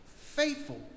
faithful